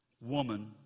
Woman